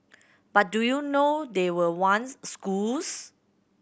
but do you know they were once schools